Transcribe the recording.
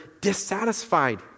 dissatisfied